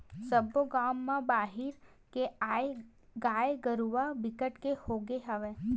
सब्बो गाँव म बाहिर के आए गाय गरूवा बिकट के होगे हवय